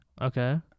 Okay